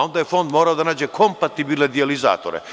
Onda je Fond morao da nađe kompatibilne dijalizatore.